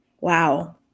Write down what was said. Wow